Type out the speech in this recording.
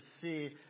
see